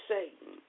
Satan